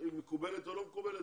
מקובלת או לא מקובלת,